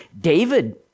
David